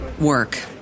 Work